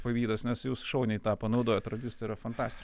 pavydas nes jūs šauniai tą panaudojot radistai yra fantastiš